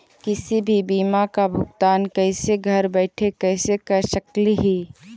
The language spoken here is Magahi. किसी भी बीमा का भुगतान कैसे घर बैठे कैसे कर स्कली ही?